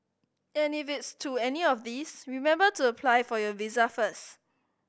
and if it's to any of these remember to apply for your visa first